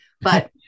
but-